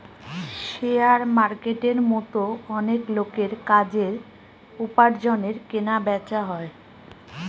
share মার্কেটের মতো অনেক লোকের কাজের, উপার্জনের কেনা বেচা হয়